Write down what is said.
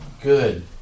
Good